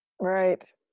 Right